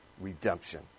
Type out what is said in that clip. redemption